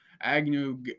Agnew